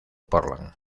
portland